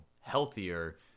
healthier